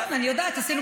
אני יודעת שאת תומכת